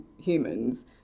humans